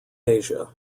asia